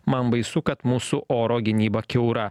man baisu kad mūsų oro gynyba kiaura